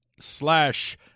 slash